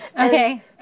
Okay